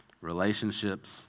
relationships